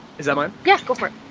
is that mine? yeah, go for it.